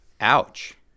Ouch